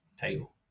title